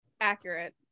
Accurate